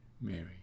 Mary